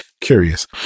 Curious